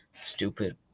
Stupid